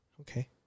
Okay